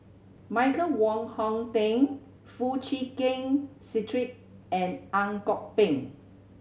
Michael Wong Hong Teng Foo Chee Keng Cedric and Ang Kok Peng